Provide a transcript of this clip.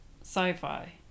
sci-fi